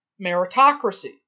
meritocracy